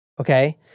Okay